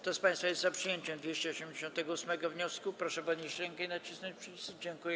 Kto z państwa jest za przyjęciem 288. wniosku, proszę podnieść rękę i nacisnąć przycisk.